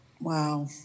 Wow